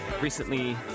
recently